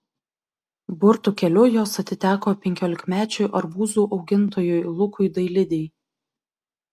burtų keliu jos atiteko penkiolikmečiui arbūzų augintojui lukui dailidei